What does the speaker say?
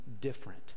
different